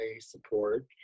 support